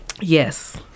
Yes